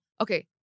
okay